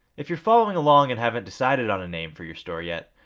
if you're following along and haven't decided on a name for your store yet,